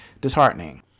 disheartening